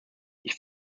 ich